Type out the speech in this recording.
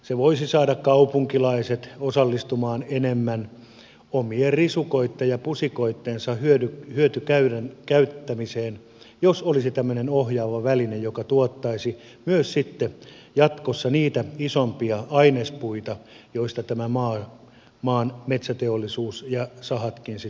se voisi saada kaupunkilaiset osallistumaan enemmän omien risukoittensa ja pusikoittensa hyötykäyttämiseen jos olisi tämmöinen ohjaava väline joka tuottaisi jatkossa myös niitä isompia ainespuita joista tämän maan metsäteollisuus ja sahatkin elävät